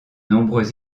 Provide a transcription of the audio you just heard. nombreux